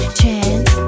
chance